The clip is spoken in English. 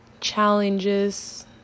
challenges